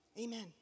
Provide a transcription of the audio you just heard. amen